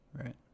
Right